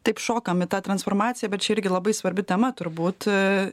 taip šokam į tą transformaciją bet čia irgi labai svarbi tema turbūt